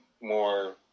more